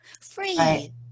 free